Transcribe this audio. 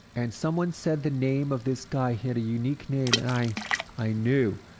and someone said the name of this guy, he had a unique name, and i i knew.